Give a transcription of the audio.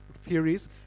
Theories